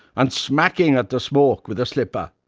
and smacking at the smoke with a slipper.